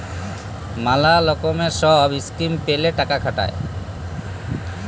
ম্যালা লকমের সহব ইসকিম প্যালে টাকা খাটায়